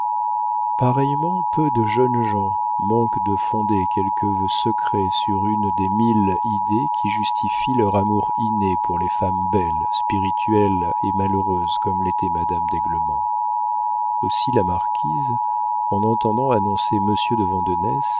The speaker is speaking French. pareillement peu de jeunes gens manquent de fonder quelques vœux secrets sur une des mille idées qui justifient leur amour inné pour les femmes belles spirituelles et malheureuses comme l'était madame d'aiglemont aussi la marquise en entendant annoncer monsieur de